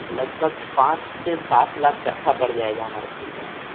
لگ بھگ پانچ سے سات لاکھ کٹھا پڑ جائے گا ہمارے پورنیہ میں